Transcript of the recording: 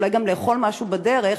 אולי גם לאכול משהו בדרך,